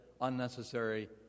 unnecessary